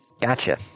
Gotcha